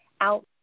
out